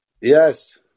Yes